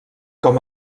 com